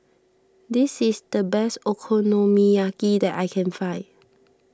this is the best Okonomiyaki that I can find